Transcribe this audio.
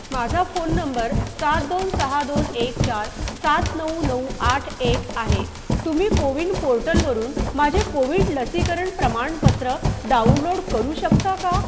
माझा phone number सात दोन सहा दोन एक चार सात नऊ नऊ आठ एक आहे तुम्ही कोविन पोर्टलवरून माझे कोविड लसीकरण प्रमाणपत्र डाउनलोड करू शकता का